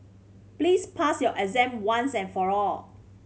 please pass your exam once and for all